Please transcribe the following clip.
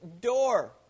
door